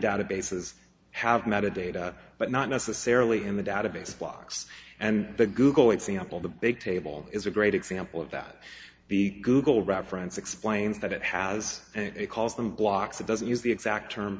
databases have not of data but not necessarily in the database blocks and the google example the big table is a great example of that the google reference explains that it has and it calls them blocks it doesn't use the exact term